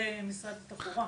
למשרד התחבורה.